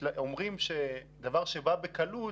אומרים שדבר שבא בקלות,